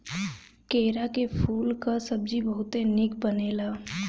केरा के फूले कअ सब्जी बहुते निक बनेला